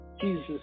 Jesus